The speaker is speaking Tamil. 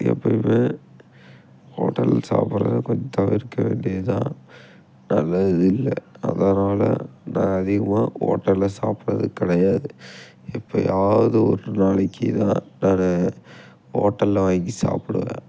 எப்போயுமே ஹோட்டலில் சாப்பிடுறத கொஞ்சம் தவிர்க்கவேண்டியது தான் நல்லதில்லை அதனால் நான் அதிகமாக ஹோட்டலில் சாப்பிடுறது கிடையாது எப்போயாது ஒரு நாளைக்கு தான் நான் ஹோட்டலில் வாங்கி சாப்பிடுவேன்